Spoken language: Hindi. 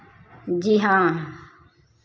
जी हाँ